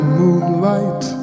moonlight